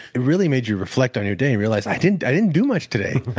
it really made you reflect on your day and realize i didn't i didn't do much today.